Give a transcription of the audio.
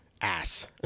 ass